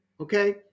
Okay